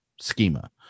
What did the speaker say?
schema